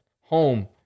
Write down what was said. home